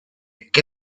che